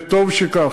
וטוב שכך,